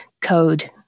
code